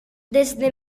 desde